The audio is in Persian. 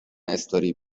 استوری